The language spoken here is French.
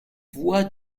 voie